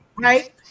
right